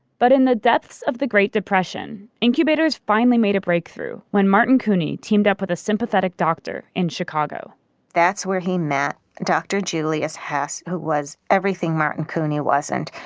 but in the depths of the great depression, incubators finally made a breakthrough when martin couney teamed up with a sympathetic doctor in chicago that's where he met dr. julius hess, who was everything martin couney wasn't.